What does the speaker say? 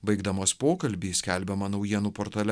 baigdamos pokalbį skelbiama naujienų portale